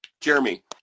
Jeremy